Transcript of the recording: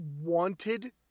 wanted